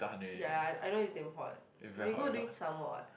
ya ya I know it's damn hot wait you go during summer or what